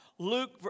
Luke